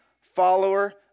follower